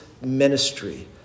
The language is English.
ministry